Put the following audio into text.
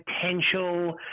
potential